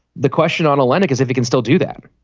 the question on olynyk is if he can still do that